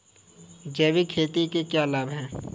जैविक खेती के क्या लाभ हैं?